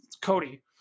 Cody